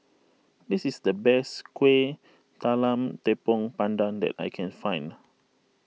this is the best Kueh Talam Tepong Pandan that I can find